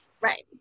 Right